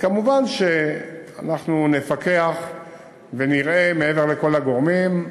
מובן שאנחנו נפקח ונראה, מעבר לכל הגורמים.